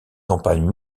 campagnes